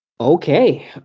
Okay